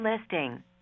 listing